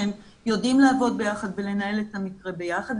שהם יודעים לעבוד ביחד ולנהל את המקרה ביחד,